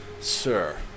Sir